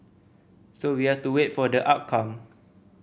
so we have to wait for the outcome